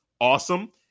Awesome